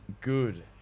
good